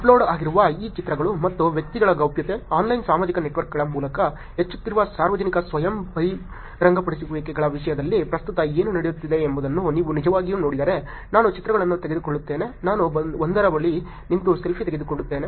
upload ಆಗಿರುವ ಈ ಚಿತ್ರಗಳು ಮತ್ತು ವ್ಯಕ್ತಿಗಳ ಗೌಪ್ಯತೆ ಆನ್ಲೈನ್ ಸಾಮಾಜಿಕ ನೆಟ್ವರ್ಕ್ಗಳ ಮೂಲಕ ಹೆಚ್ಚುತ್ತಿರುವ ಸಾರ್ವಜನಿಕ ಸ್ವಯಂ ಬಹಿರಂಗಪಡಿಸುವಿಕೆಗಳ ವಿಷಯದಲ್ಲಿ ಪ್ರಸ್ತುತ ಏನು ನಡೆಯುತ್ತಿದೆ ಎಂಬುದನ್ನು ನೀವು ನಿಜವಾಗಿಯೂ ನೋಡಿದರೆ ನಾನು ಚಿತ್ರಗಳನ್ನು ತೆಗೆದುಕೊಳ್ಳುತ್ತೇನೆ ನಾನು ಒಂದರ ಬಳಿ ನಿಂತು ಸೆಲ್ಫಿ ತೆಗೆದುಕೊಳ್ಳುತ್ತೇನೆ